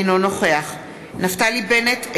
אינו נוכח נפתלי בנט,